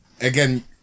again